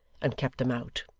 and kept them out.